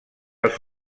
els